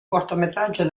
cortometraggio